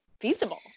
feasible